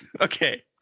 Okay